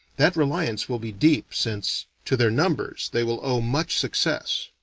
that reliance will be deep, since, to their numbers, they will owe much success.